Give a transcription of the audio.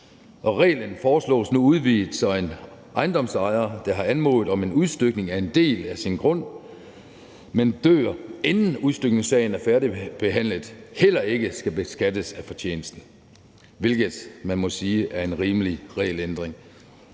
Reglen foreslås nu udvidet, så en ejendomsejer, der har anmodet om en udstykning af en del af sin grund, men som dør inden udstykningssagen er færdigbehandlet, heller ikke skal beskattes af fortjenesten, hvilket man må sige er en rimelig regelændring.